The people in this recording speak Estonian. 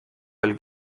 veel